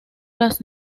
las